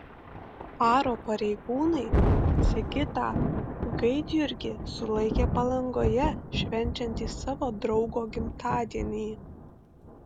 aro pareigūnai sigitą gaidjurgį sulaikė palangoje švenčiantį savo draugo gimtadienį